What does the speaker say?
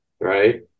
right